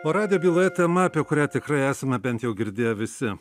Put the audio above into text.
o radijo byloje tema apie kurią tikrai esame bent jau girdėję visi